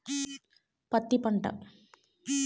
పత్తి పంట